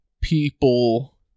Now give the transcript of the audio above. people